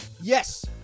Yes